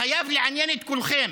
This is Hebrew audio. חייב לעניין את כולכם.